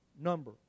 number